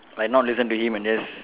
by not listen to him and just